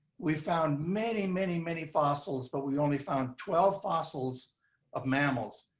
we found many, many, many fossils, but we only found twelve fossils of mammals.